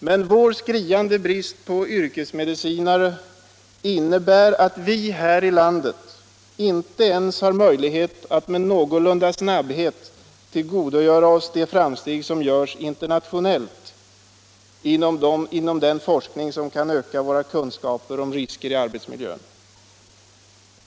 Men vår skriande brist på yrkesmedicinare innebär att vi här i landet inte ens har möjlighet att med någorlunda snabbhet tillgodogöra oss de framsteg som görs internationellt inom den forskning som kan öka våra kunskaper om risker i arbetsmiljön.